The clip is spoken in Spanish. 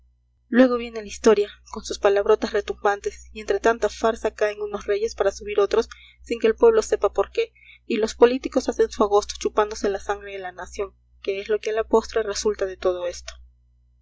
luego viene la historia con sus palabrotas retumbantes y entre tanta farsa caen unos reyes para subir otros sin que el pueblo sepa por qué y los políticos hacen su agosto chupándose la sangre de la nación que es lo que a la postre resulta de todo esto